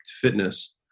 fitness